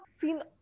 seen